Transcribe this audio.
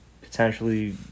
potentially